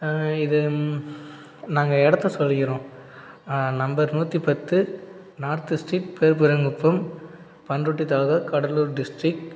இது நாங்கள் இடத்த சொல்லிக்கிறோம் நம்பர் நூற்றி பத்து நார்த்து ஸ்ட்ரீட் பேர் பெரியாங்குப்பம் பண்ருட்டி தாலுக்கா கடலூர் டிஸ்டிக்